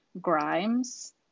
Grimes